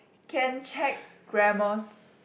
can check grammars